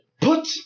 Put